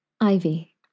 Ivy